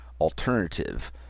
alternative